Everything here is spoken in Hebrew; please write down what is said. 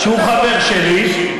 הוא חבר שלי,